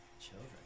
Children